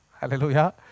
hallelujah